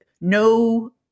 no